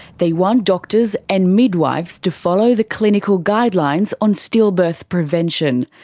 they want doctors and midwives to follow the clinical guidelines on stillbirth prevention.